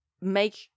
make